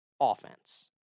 offense